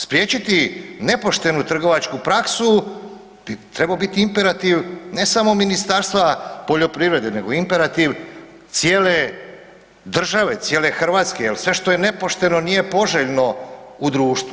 Spriječiti nepoštenu trgovačku praksu bi trebao biti imperativ ne samo Ministarstva poljoprivrede nego imperativ cijele države, cijele Hrvatske jel sve što je nepošteno nije poželjno u društvu.